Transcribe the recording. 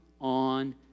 on